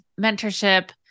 mentorship